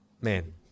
man